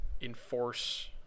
enforce